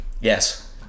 Yes